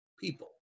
people